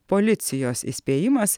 policijos įspėjimas